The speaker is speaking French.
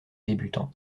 débutants